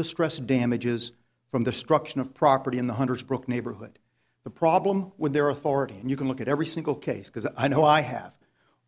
distress damages from the struction of property in the hunters brooke neighborhood the problem with their authority and you can look at every single case because i know i have